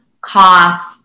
cough